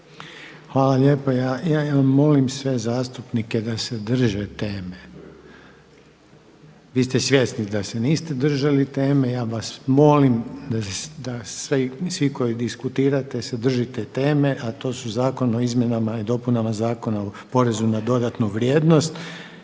Hvala lijepa. Ja molim sve zastupnike da se drže teme. Vi ste svjesni da se niste držali teme. Ja vas molim da svi koji diskutirate se držite teme, a to su Zakon o izmjenama i dopunama Zakona o porezu na dodanu vrijednost